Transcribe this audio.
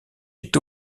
est